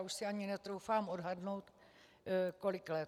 Už si ani netroufám odhadnout kolik let.